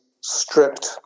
stripped